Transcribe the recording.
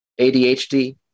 ADHD